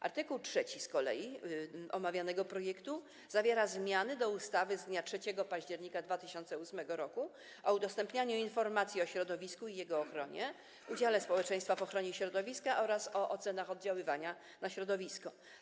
Art. 3 z kolei omawianego projektu zawiera zmiany do ustawy z dnia 3 października 2008 r. o udostępnianiu informacji o środowisku i jego ochronie, udziale społeczeństwa w ochronie środowiska oraz o ocenach oddziaływania na środowisko.